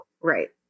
Right